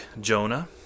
Jonah